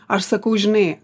aš sakau žinai